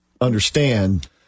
understand